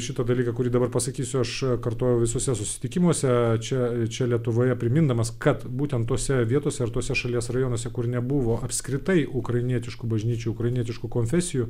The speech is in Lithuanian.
šitą dalyką kurį dabar pasakysiu aš kartojau visuose susitikimuose čia čia lietuvoje primindamas kad būtent tose vietose ar tuose šalies rajonuose kur nebuvo apskritai ukrainietiškų bažnyčių ukrainietiškų konfesijų